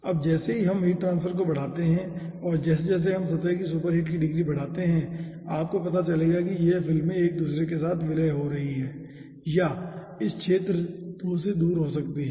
अब जैसे ही हम हीट ट्रांसफर को बढ़ाते हैं और जैसे जैसे हम सतह की सुपरहीट की डिग्री बढ़ाते हैं आपको पता चलेगा कि यह फिल्में एक दूसरे के साथ विलय हो रही हैं या यह इस क्षेत्र 2 से शुरू हो सकती है